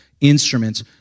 instruments